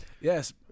Yes